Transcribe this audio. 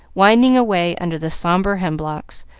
winding away under the sombre hemlocks,